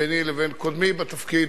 ביני לבין קודמי בתפקיד.